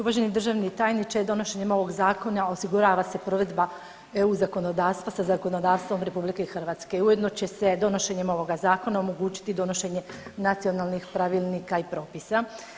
Uvaženi državni tajniče, donošenjem ovog zakona osigurava se provedba EU zakonodavstva sa zakonodavstvom RH, ujedno će se donošenjem ovog zakona omogućiti donošenje nacionalnih pravilnika i propisa.